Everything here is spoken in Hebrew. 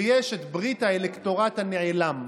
ויש את ברית האלקטורט הנעלם.